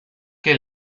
que